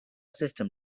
system